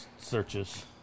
searches